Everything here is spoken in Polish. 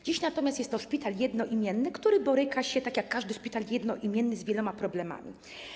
Dziś natomiast jest to szpital jednoimienny, który boryka się, tak jak każdy szpital jednoimienny, z wieloma problemami.